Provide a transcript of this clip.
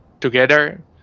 together